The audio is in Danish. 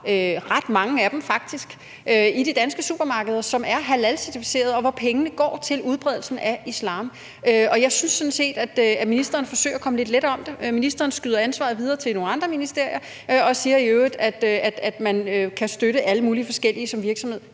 supermarkeder – faktisk ret mange af dem – som er halalcertificerede, og hvor pengene går til udbredelsen af islam, og jeg synes sådan set, at ministeren forsøger at komme lidt let om det. Ministeren skyder ansvaret videre til nogle andre ministerier og siger i øvrigt, at man som virksomhed kan støtte alle mulige forskellige. Det er jo